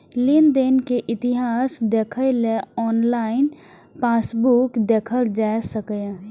लेनदेन के इतिहास देखै लेल ऑनलाइन पासबुक देखल जा सकैए